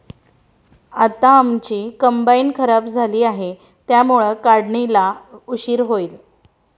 आता आमची कंबाइन खराब झाली आहे, त्यामुळे काढणीला उशीर होईल